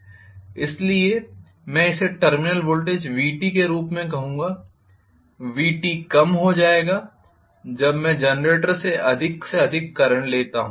इसलिए मैं इसे टर्मिनल वोल्टेज Vt के रूप में कहूंगा Vt कम होता जाएगा जब मैं जनरेटर से अधिक से अधिक करंट लेता हूं